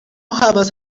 havas